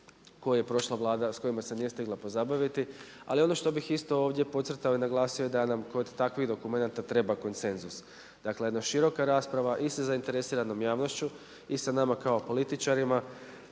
kojima se prošla Vlada nije stigla pozabaviti. Ali što bih isto ovdje podcrtao i naglasio da nam kod takvih dokumenata treba konsenzus, dakle jedna široka rasprava i sa zainteresiranom javnošću i sa nama kao političarima